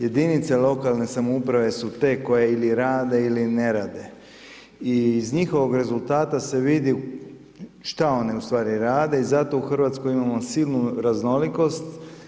Jedinice lokalne samouprave su te koje ili rade ili ne rade i iz njihovog rezultata se vidi šta one u stvari rade i zato u Hrvatskoj imamo silnu raznolikost.